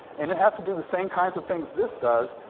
and it has to do the same kinds of things this does,